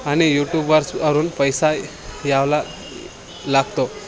आणि यूट्यूबर्सवरून पैसा यायला लागतो